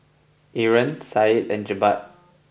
Aaron Said and Jebat